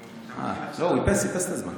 לא, הוא איפס את הזמן.